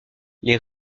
les